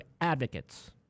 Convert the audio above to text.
advocates